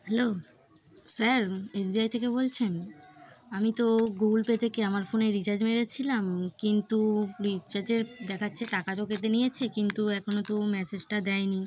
hello sir S B I থেকে বলছেন আমি তো গুগল পে থেকে আমার ফোনে রিচার্জ মেরেছিলাম কিন্তু রিচার্জের দেখাচ্ছে টাকা তো কেটে নিয়েছে কিন্তু এখনও তো মেসেজটা দেয়নি